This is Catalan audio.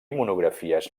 monografies